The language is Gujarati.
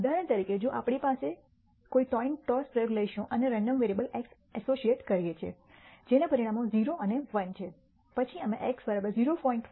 ઉદાહરણ તરીકે જો આપણે કોઈન ટોસ પ્રયોગ લઈશું અને રેન્ડમ વેરિયેબલ x એસોસિએટ કરીયે છે જેના પરિણામો 0 અને 1 છે પછી અમે x 0